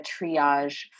triage